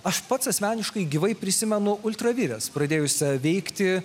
aš pats asmeniškai gyvai prisimenu ultravires pradėjusią veikti